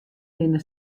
binne